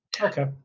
okay